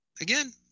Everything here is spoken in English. again